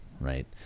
right